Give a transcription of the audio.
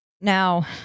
Now